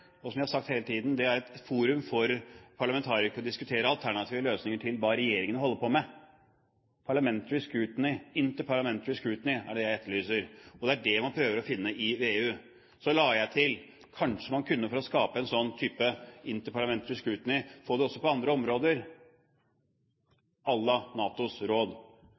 og som jeg har sagt hele tiden, er et forum for parlamentarikere der de kan diskutere alternative løsninger til hva regjeringen holder på med. «Inter-parliamentary scrutiny» er det jeg etterlyser. Det er det man prøver å finne i VEU. Så la jeg til at man kanskje for å skape en slik type «inter-parliamentary scrutiny» kan få det også på andre områder, à la NATOs råd.